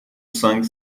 cinq